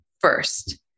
first